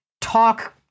talk